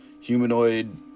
humanoid